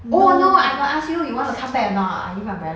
oh no I got ask you you want to come back or not I give you umbrella